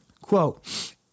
Quote